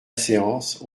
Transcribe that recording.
séance